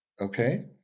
okay